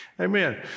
Amen